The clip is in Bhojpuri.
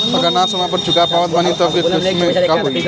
अगर ना समय पर चुका पावत बानी तब के केसमे का होई?